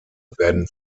werden